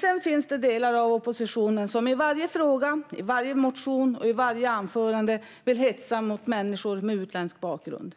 Sedan finns det delar av oppositionen som i varje fråga, i varje motion och i varje anförande vill hetsa mot människor med utländsk bakgrund.